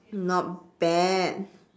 not bad